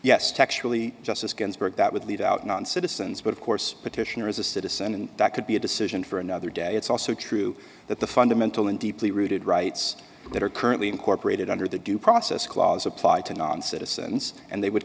yes texturally justice ginsburg that would lead out non citizens but of course petitioner as a citizen and that could be a decision for another day it's also true that the fundamental and deeply rooted rights that are currently incorporated under the due process clause apply to non citizens and they would